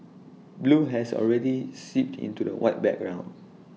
blue has already seeped into the white background